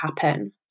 happen